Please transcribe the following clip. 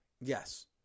Yes